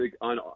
on